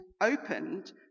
opened